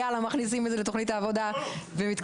יאללה מכניסים את זה לתוכנית העבודה ומתקדמים,